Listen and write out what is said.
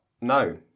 no